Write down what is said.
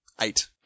Eight